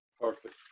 Perfect